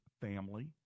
family